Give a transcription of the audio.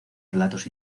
relatos